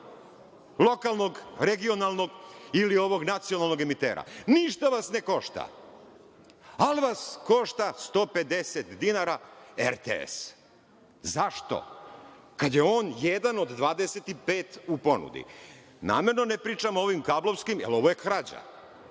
lokalnog, regionalnog, ili ovog nacionalnog emitera. Ništa vas ne košta, ali vas košta 150 dinara RTS. Zašto, kada je on jedan od 25 u ponudi? Namerno ne pričam o ovim kablovskim, jer ovo je krađa.